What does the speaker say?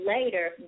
later